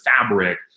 fabric